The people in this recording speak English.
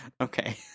Okay